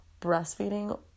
breastfeeding